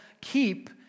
keep